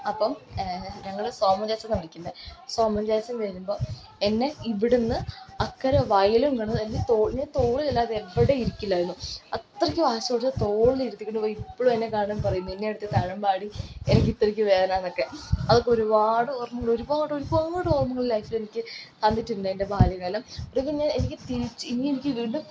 അപ്പം ഞങ്ങള് സോമൻ ചാച്ചൻ എന്നാണ് വിളിക്കുന്നത് സോമൻ ചാച്ചൻ വരുമ്പോൾ എന്നെ ഇവിടുന്ന് അക്കരെ വയലും കടന്ന് എന്നെ തോളില് തോളിലല്ലാതെ എവിടെയും ഇരിക്കില്ലായിരുന്നു അത്രക്ക് വാശിയോടെ തോളിൽ ഇരുത്തി കൊണ്ട് പോയി ഇപ്പഴും എന്നെ കാണുമ്പോൾ പറയും നിന്നെ എടുത്ത തഴമ്പാടി എനിക്ക് ഇത്രക്ക് വേദന എന്നൊക്കെ അതൊക്കെ ഒരുപാട് ഓർമ്മകള് ഒരുപാട് ഒരുപാട് ഓർമ്മകളിലായിട്ടെനിക്ക് തന്നിട്ടുണ്ട് എൻ്റെ ബാല്യ കാലം അത് പിന്നെ എനിക്ക് തിരിച്ച് ഇനി എനിയ്ക്ക് വീണ്ടും